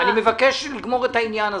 אני מבקש לגמור את העניין הזה.